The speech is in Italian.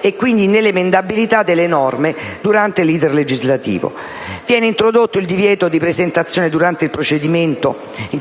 e quindi nell'emendabilità delle norme durante l'*iter* legislativo; viene introdotto il divieto di presentazione durante il procedimento in